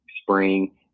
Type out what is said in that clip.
spring